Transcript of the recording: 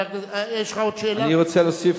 אני רוצה להוסיף,